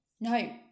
No